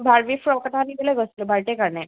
Barbie frock এটা আনিবলে গৈছিলোঁ বাৰ্থ ডে কাৰণে